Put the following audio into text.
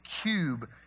cube